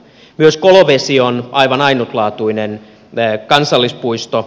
myös kolovesi on aivan ainutlaatuinen kansallispuisto